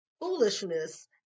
foolishness